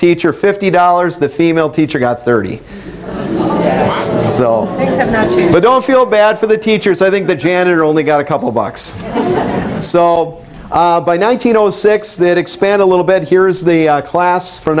teacher fifty dollars the female teacher got thirty so you don't feel bad for the teachers i think the janitor only got a couple bucks sold by nineteen zero six that expand a little bit here is the class f